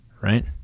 right